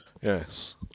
Yes